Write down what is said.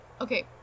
Okay